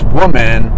woman